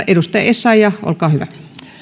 edustaja essayah olkaa hyvä